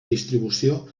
distribució